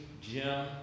Jim